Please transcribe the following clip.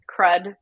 crud